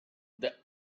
the